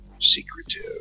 secretive